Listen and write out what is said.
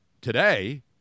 today